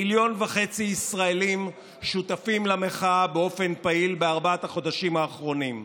מיליון וחצי ישראלים שותפים למחאה באופן פעיל בארבעת החודשים האחרונים,